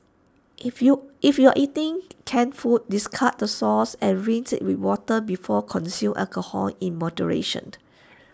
if you if you are eating canned food discard the sauce or rinse IT with water before consume alcohol in moderation